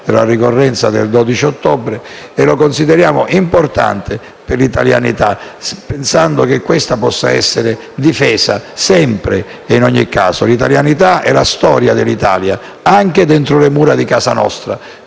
della ricorrenza del 12 ottobre, nonché importante per l'italianità, che deve essere difesa sempre e in ogni caso. L'italianità è la storia d'Italia, anche dentro le mura di casa nostra,